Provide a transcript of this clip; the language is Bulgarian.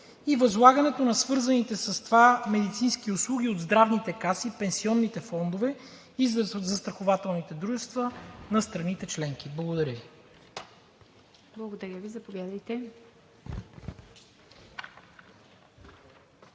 и възлагането на свързаните с това медицински услуги от здравните каси, пенсионните фондове и застрахователните дружества на страните членки. Благодаря Ви. ПРЕДСЕДАТЕЛ ИВА